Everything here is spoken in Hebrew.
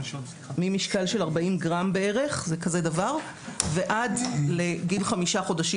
ממשקל של 40 גרם בערך עד לגיל 5 חודשים